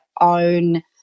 own